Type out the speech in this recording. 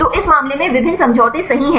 तो इस मामले में विभिन्न समझौते सही हैं